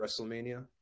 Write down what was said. WrestleMania